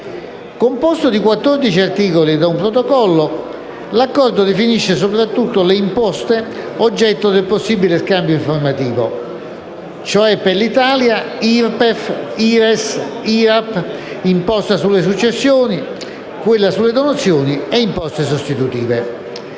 Composto di 14 articoli e da un Protocollo, l'Accordo definisce innanzitutto le imposte oggetto del possibile scambio informativo, cioè per l'Italia, IRPEF, IRES, IRAP, imposta sulle successioni, quella sulle donazioni e le imposte sostitutive.